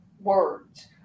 words